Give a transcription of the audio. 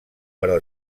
però